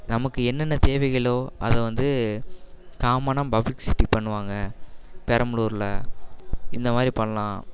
நமக்கு என்னென்ன தேவைகளோ அதை வந்து காமனாக பப்ளிக்சிட்டி பண்ணுவாங்க பெரம்பலூரில் இந்த மாதிரி பண்ணலாம்